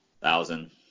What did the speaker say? Thousand